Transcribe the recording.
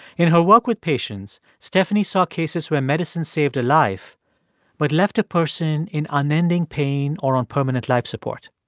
in her work with patients, stephanie saw cases where medicine saved a life but left a person in unending pain or on permanent life support.